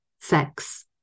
sex